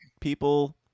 people